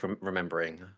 remembering